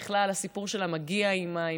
בכלל הסיפור שלה מגיע עם מים,